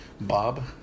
Bob